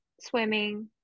swimming